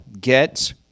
get